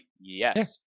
yes